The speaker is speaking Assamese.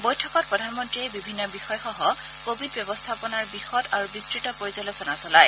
বৈঠকত প্ৰধানমন্ৰীয়ে বিভিন্ন বিষয়সহ কোৱিড ব্যৱস্থাপনাৰ বিশদ আৰু বিস্তত পৰ্যালোচনা চলায়